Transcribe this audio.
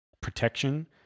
protection